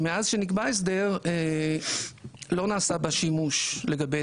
ומאז שנקבע בהסדר לא נעשה בה שימוש לגבי